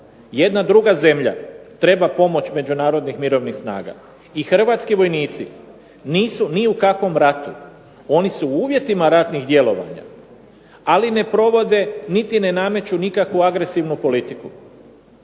jedna druga zemlja treba pomoć međunarodnih mirovnih snaga i hrvatski vojnici nisu ni u kakvom ratu. Oni su u uvjetima ratnih djelovanja, ali ne provode niti ne nameću nikakvu agresivnu politiku.